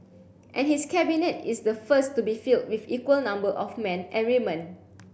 and his Cabinet is the first to be filled with equal number of men and women